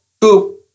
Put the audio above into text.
two